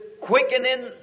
quickening